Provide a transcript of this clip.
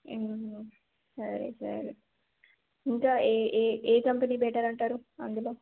సరే సరే ఇంకా ఏ ఏ కంపెనీ బెటర్ అంటారు అందులో